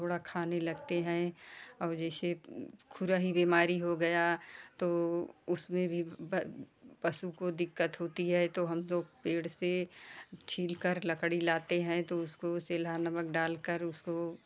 थोड़ा खाने लगते हैं और जैसे खुरही बीमारी हो गया तो उसमें भी प पशु को दिक्कत होती है तो हम लोग पेड़ से छील कर लकड़ी लाते हैं तो उसको सेंदा नमक डालकर उसको